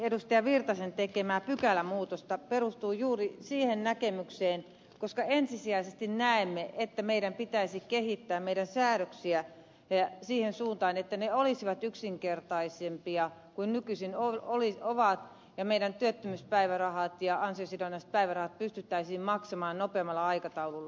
erkki virtasen tekemää pykälämuutosta perustuu juuri siihen näkemykseen että ensisijaisesti näemme että meidän pitäisi kehittää meidän säädöksiä siihen suuntaan että ne olisivat yksinkertaisempia kuin nykyisin ja meidän työttömyyspäivärahat ja ansiosidonnaiset päivärahat pystyttäisiin maksamaan nopeammalla aikataululla